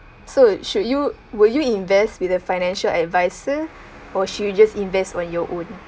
so should you will you invest with a financial adviser or should you just invest on your own